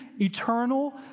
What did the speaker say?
eternal